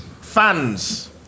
Fans